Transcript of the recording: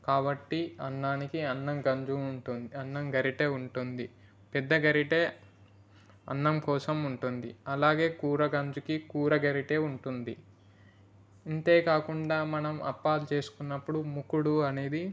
కాబట్టి అన్నానికి అన్నం గంజు ఉంటుంది అన్నం గరిటె ఉంటుంది పెద్ద గరిటె అన్నం కోసం ఉంటుంది అలాగే కూర గంజుకి కూర గరిటె ఉంటుంది ఇంతేకాకుండా మనం అప్పాలు చేసుకున్నప్పుడు మూకుడు అనేది